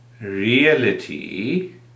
reality